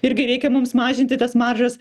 irgi reikia mums mažinti tas mažas